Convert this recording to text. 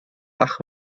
ach